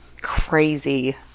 Crazy